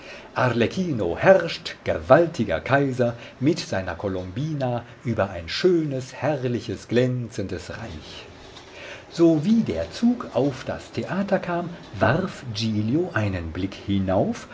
herrscht gewaltiger kaiser mit seiner colombina über ein schönes herrliches glänzendes reich sowie der zug auf das theater kam warf giglio einen blick hinauf